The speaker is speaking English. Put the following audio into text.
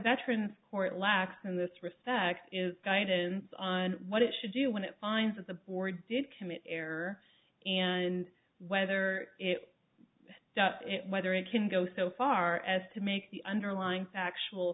veterans court lacks in this respect is guidance on what it should do when it finds that the board did commit error and whether it does it whether it can go so far as to make the underlying factual